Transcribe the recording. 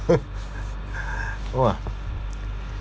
no ah